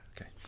Okay